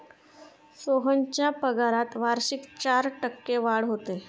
सोहनच्या पगारात वार्षिक चार टक्के वाढ होते